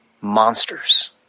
monsters